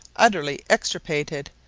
utterly extirpated,